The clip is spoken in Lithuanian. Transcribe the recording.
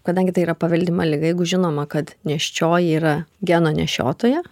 kadangi tai yra paveldima liga jeigu žinoma kad nėščioji yra geno nešiotoja